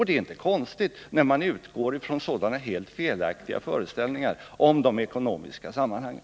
Det är inte konstigt när man utgår från så helt felaktiga föreställningar om de ekonomiska sammanhangen.